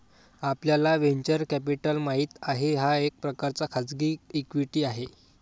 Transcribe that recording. आपल्याला venture capital माहित आहे, हा एक प्रकारचा खाजगी इक्विटी आहे